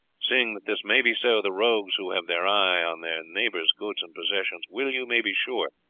seeing that this may be so, the rogues who have their eye on their neighbours' goods and possessions will, you may be sure,